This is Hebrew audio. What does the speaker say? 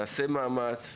נעשה מאמץ.